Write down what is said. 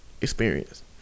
experience